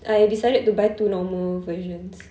I decided to buy two normal versions